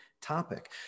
topic